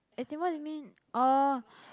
as in what do you mean oh